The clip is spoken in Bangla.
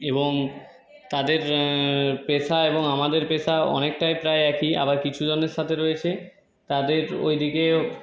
এবং তাদের পেশা এবং আমাদের পেশা অনেকটাই প্রায় একই আবার কিছু জনের সাথে রয়েছে তাদের ওইদিকে